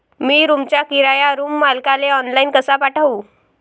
मी रूमचा किराया रूम मालकाले ऑनलाईन कसा पाठवू?